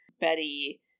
Betty